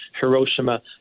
Hiroshima